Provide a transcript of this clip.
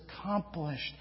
accomplished